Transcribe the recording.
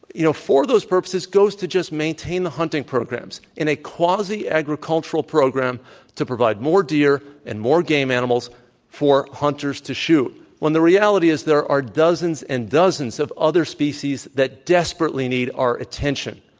you know, for those purposes goes to just maintain the hunting program so in a quasi-agricultural program to provide more deer and more game animals for hunters to shoot, when the reality is there are dozens and dozens of other species that desperately need our attention.